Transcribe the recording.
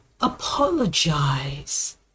apologize